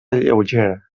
lleugera